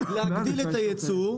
וכך גם להגדיל את היצוא?